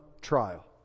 trial